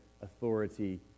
authority